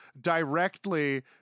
directly